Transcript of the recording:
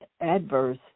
adverse